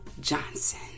Johnson